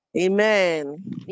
Amen